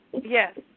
Yes